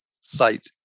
site